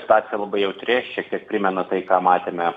situacija labai jautri šiek tiek primena tai ką matėme